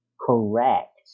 correct